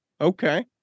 Okay